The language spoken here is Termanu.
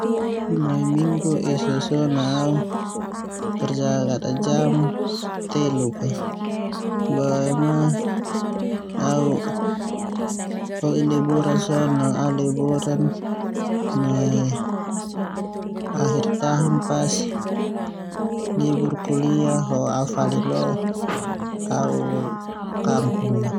Nai minggu esa so naau kerja ka'da jm telu, boema au hoi liburan so na au hoi liburan nai akhir tahun pas libur kuliah ho au fali lo kampung.